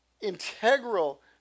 integral